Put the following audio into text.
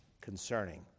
concerning